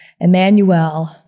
Emmanuel